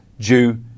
due